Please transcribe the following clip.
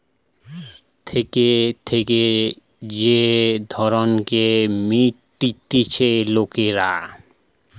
থেকে থেকে যে ধারকে মিটতিছে লোকরা